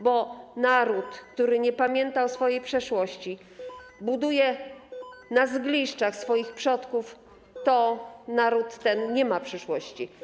Bo naród, który nie pamięta o swojej przeszłości, buduje na zgliszczach swoich przodków, to naród który nie ma przyszłości.